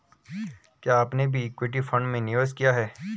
क्या आपने भी इक्विटी फ़ंड में निवेश किया है?